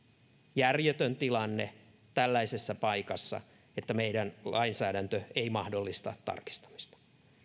järjetön tilanne tällaisessa paikassa että meidän lainsäädäntö ei mahdollista tarkistamista